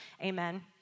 Amen